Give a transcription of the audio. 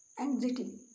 anxiety